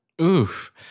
Oof